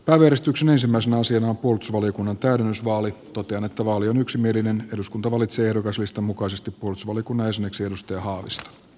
päivystyksen ensimmäisenä asia pulps valiokunnan täydennysvaalit toteen että eduskunta valitsee ehdokaslistan mukaisesti puolustusvaliokunnan jäseneksi pekka haaviston